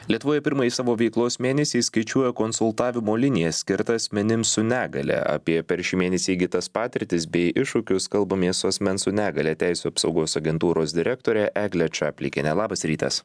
lietuvoje pirmąjį savo veiklos mėnesį skaičiuoja konsultavimo linija skirta asmenims su negalia apie per šį mėnesį įgytas patirtis bei iššūkius kalbamės su asmens su negalia teisių apsaugos agentūros direktore egle čaplikiene labas rytas